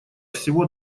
всего